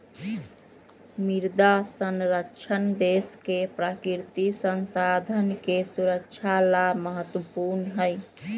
मृदा संरक्षण देश के प्राकृतिक संसाधन के सुरक्षा ला महत्वपूर्ण हई